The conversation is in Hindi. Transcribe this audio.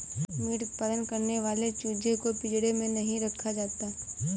मीट उत्पादन करने वाले चूजे को पिंजड़े में नहीं रखा जाता